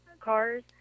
cars